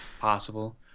Possible